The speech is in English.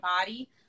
body